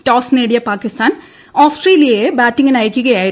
toss നേടിയ പാകിസ്ഥാൻ ഓസ്ട്രേലിയയെ ബാറ്റിംഗിന് അയയ്ക്കുകയായിരുന്നു